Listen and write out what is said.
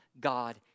God